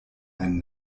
ein